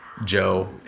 Joe